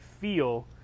feel